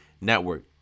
Network